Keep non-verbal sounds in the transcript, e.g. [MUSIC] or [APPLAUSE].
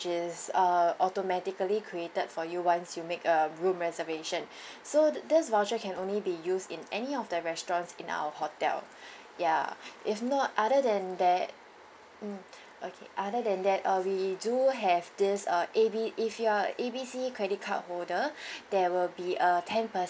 is uh automatically created for you once you make a room reservation [BREATH] so th~ this voucher can only be used in any of the restaurants in our hotel [BREATH] ya if not other than that mm okay other than that uh we do have this uh A B if you are A B C credit card holder [BREATH] there will be a ten percent